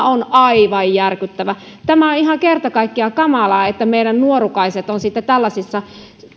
on aivan järkyttävää tämä on ihan kerta kaikkiaan kamalaa että meidän nuorukaiset ovat sitten tällaisissa